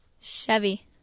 Chevy